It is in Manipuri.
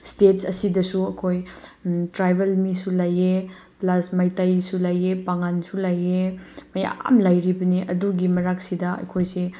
ꯏꯁꯇꯦꯠꯁ ꯑꯁꯤꯗꯁꯨ ꯑꯩꯈꯣꯏ ꯇ꯭ꯔꯥꯏꯕꯦꯜ ꯃꯤꯁꯨ ꯂꯩ ꯄ꯭ꯂꯁ ꯃꯩꯇꯩꯁꯨ ꯂꯩ ꯄꯥꯡꯒꯟꯁꯨ ꯂꯩ ꯃꯌꯥꯝ ꯂꯩꯔꯤꯕꯅꯤ ꯑꯗꯨꯒꯤ ꯃꯔꯛꯁꯤꯗ ꯑꯩꯈꯣꯏꯁꯦ